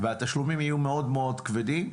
והתשלומים יהיו מאוד-מאוד כבדים,